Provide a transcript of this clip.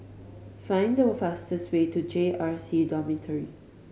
find the fastest way to J R C Dormitory